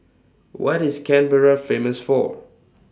What IS Canberra Famous For